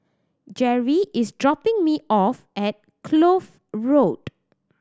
Geri is dropping me off at Kloof Road